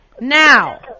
Now